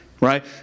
right